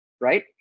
right